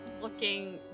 looking